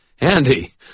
Andy